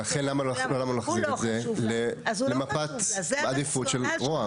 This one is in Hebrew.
ולכן למה לא להחזיר את זה למפת עדיפות של רוה"מ?